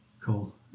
Cool